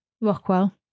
Rockwell